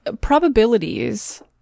probabilities